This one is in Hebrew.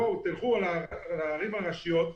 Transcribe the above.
תלכו לערים הראשיות,